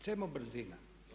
Čemu brzina?